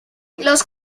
los